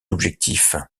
objectif